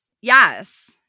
Yes